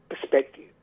perspective